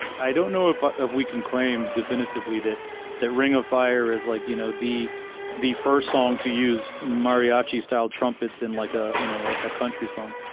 i don't know if we can claim definitively that that ring of fire is like you know the the first song to use mariachi style trumpets in like a you know ah a country song.